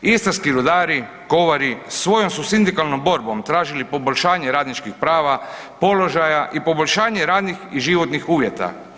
Istarski rudari, kovari, svojom su sindikalnom borbom tražili poboljšanje radničkih prava, položaja i poboljšanje radnih i životnih uvjeta.